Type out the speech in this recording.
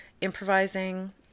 improvising